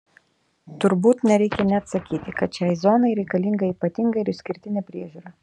turbūt nereikia net sakyti kad šiai zonai reikalinga ypatinga ir išskirtinė priežiūra